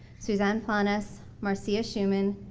susanne planus, marcia schumann,